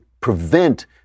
prevent